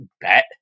bet